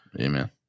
Amen